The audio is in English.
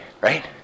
right